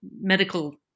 medical